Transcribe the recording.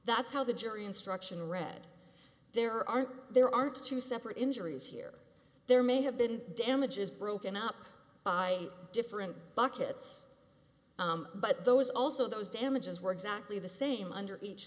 that's how the jury instruction read there are there are two separate injuries here there may have been damages broken up by different buckets but those also those damages were exactly the same under each